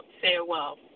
farewell